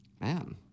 man